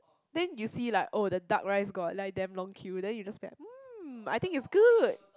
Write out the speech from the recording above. then you see like oh the duck rice got like damn long queue then you just be like !mm! I think it's good